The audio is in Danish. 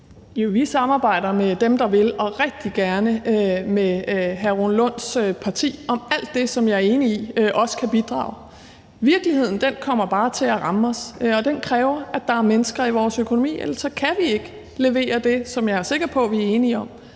Vi samarbejder med dem, der vil, og rigtig gerne med hr. Rune Lunds parti om alt det, som jeg er enig i også kan bidrage. Virkeligheden kommer bare til at ramme os, og den kræver, at der er mennesker i vores økonomi; ellers kan vi ikke levere det, som jeg er sikker på vi er enige om